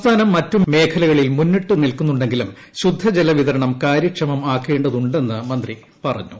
സംസ്ഥാനം മറ്റുമേഖലകളിൽ മുന്നിട്ട് നിൽക്കുന്നുണ്ടെങ്കിലും ശുദ്ധജല വിതരണം കാര്യക്ഷമമാക്കേണ്ടതുണ്ടെന്ന് മന്ത്രി പറഞ്ഞു